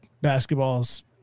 basketball's